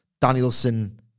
Danielson